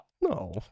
no